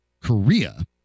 Korea